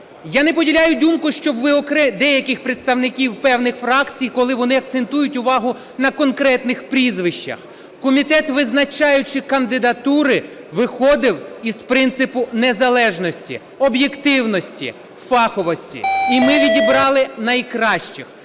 Я не поділяю думку деяких представників певних фракцій, коли вони акцентують увагу на конкретних прізвищах. Комітет, визначаючи кандидатури, виходив із принципу незалежності, об'єктивності, фаховості. І ми відібрали найкращих.